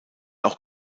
auch